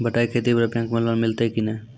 बटाई खेती पर बैंक मे लोन मिलतै कि नैय?